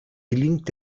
gelingt